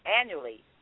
annually